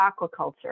aquaculture